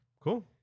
cool